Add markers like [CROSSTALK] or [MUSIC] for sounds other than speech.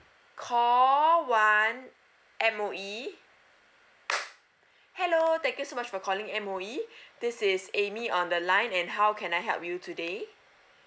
call one M_O_E [NOISE] hello thank you so much for calling M_O_E this is amy on the line and how can I help you today